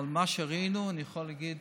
אבל על מה שראינו אני יכול להגיד: